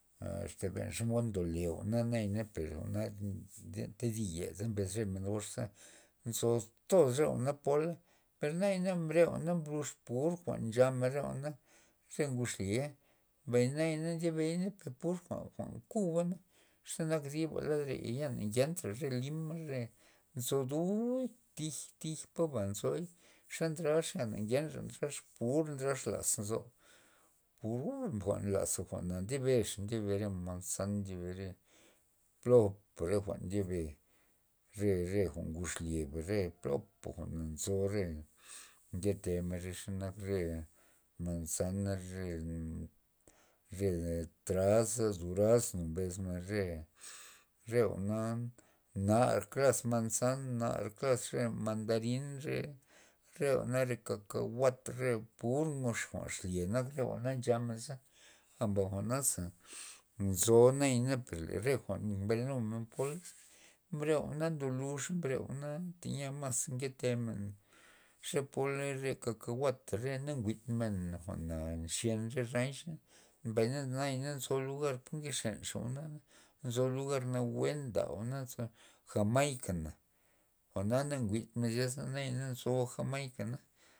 Asta ben xomod ndole jwa'nayana per jwa'na benta thi dis yeda mbes remen goxa nzo toz re jwa'na pola per nayana mbre re jwa'na mbluz pur jwa'n nchamen re jwa'na re ngud xlye mbay naya na ndyebeina pur jwa'njwa'n kuba xenak thi a lad reya ya na ngeltra re lim re anta nzo duy tij- tij poba nzoy xa ndraxa na ngena re ndrax pur ndrax laz nzo pur jwa'n laza jwa'na ndyabe manzan ndyabe re plopa re jwa'n ndyabe re're jwa'n ngud xlye re plopa jwa'n nzo re ngetem xenak re manzana re- re traza re durasno mbes men re- re jwa'na nar klas manzan nar re klas mandarin re- re jwa'na kakahuat re mbuno re ngud xlye nak re jwa'na ncha menza a jwa'na za nzo nayana per re jwa'n mbrenumen pola mbre re jwa'n ndolux tya mas nketemen ze pola re- kakahuat re na njwi'men jwa'na nxyen re nancha mbay nanzo lugar por nke emxa jwana nzo lugar nawue nda jwa'naza jamaika na jwa'na na njwid' men zya nayana nzo jamaika na.